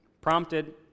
prompted